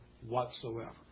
whatsoever